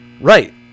Right